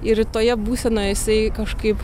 ir toje būsenoje jisai kažkaip